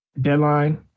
deadline